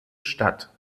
statt